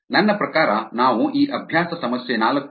ನನ್ನ ಪ್ರಕಾರ ನಾವು ಈ ಅಭ್ಯಾಸ ಸಮಸ್ಯೆ 4